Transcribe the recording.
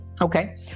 Okay